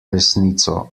resnico